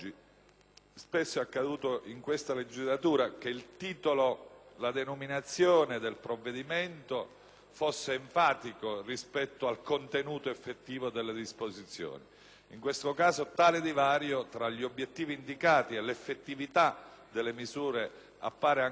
Spesso è accaduto in questa legislatura che il titolo, la denominazione del provvedimento fosse enfatica rispetto al contenuto effettivo delle disposizioni. In questo caso il divario tra gli obiettivi indicati e l'effettività delle misure appare ancora più